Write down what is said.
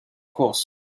course